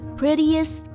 prettiest